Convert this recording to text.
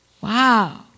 Wow